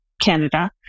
Canada